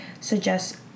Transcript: suggest